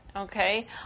Okay